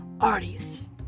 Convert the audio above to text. audience